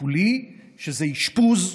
שזה אשפוז,